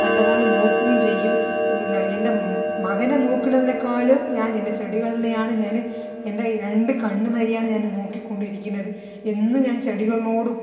നല്ല പോലെ നോക്കുകയും ചെയ്യും പിന്നെന്താണ് എൻ്റെ മകനെ നോക്കണതിനെക്കാളും ഞാനെൻ്റെ ചെടികളിനെയാണ് ഞാൻ എൻ്റെ രണ്ട് കണ്ണ് മാതിരി ആണ് ഞാൻ നോക്കിക്കൊണ്ട് ഇരിക്കുന്നത് എന്നും ഞാൻ ചെടികളോടും